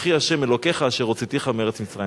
"אנֹכי ה' אלקיך אשר הוצאתיך מארץ מצרים".